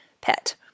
pet